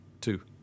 two